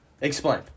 Explain